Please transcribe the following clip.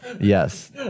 yes